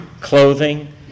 clothing